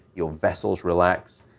your vessels relax,